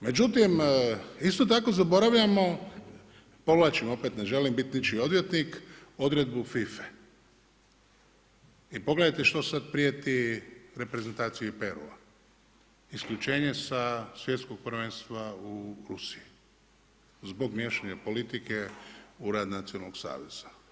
Međutim, isto tako zaboravljamo, povlačim opet ne želim biti ničiji odvjetnik, odredbu FIFA-e i pogledajte što sada prijeti reprezentaciji Perua, isključenje sa svjetskog prvenstva u Rusiji zbog miješanja politike u rad nacionalnog saveza.